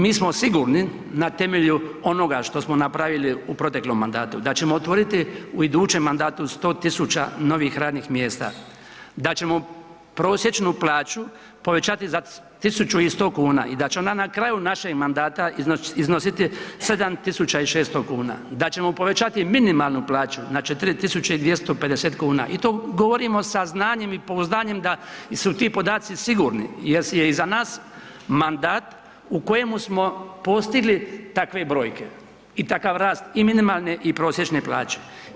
Mi smo sigurni na temelju onoga što smo napravili u proteklom mandatu, da ćemo otvoriti u idućem mandatu 100 000 novih radnih mjesta, da ćemo prosječnu plaću povećati za 1100 kuna i da će ona na kraju našeg mandata iznositi 7600 kn, da ćemo povećati minimalnu plaću na 4250 i to govorimo sa znanjem i pouzdanjem da su ti podaci sigurni jer je iza nas mandat u kojemu smo postigli takve brojke i takav rast i minimalne i prosječne plaće.